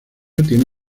tiene